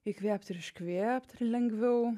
įkvėpt ir iškvėpt ir lengviau